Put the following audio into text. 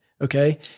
okay